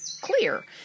clear